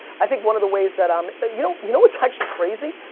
i think one of the ways that, um you know, you know what's actually crazy?